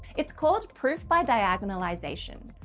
it's called proof by diagonalization,